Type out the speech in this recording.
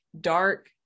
dark